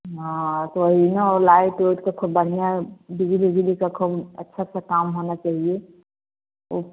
हाँ तो वही वो ना लाइट वाइट का खूब बढ़ियाँ बिजली विजली का खूब अच्छा से काम होना चहिए ओ